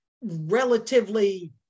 relatively